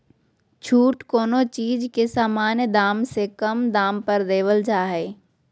छूट कोनो चीज के सामान्य दाम से कम दाम पर देवल जा हइ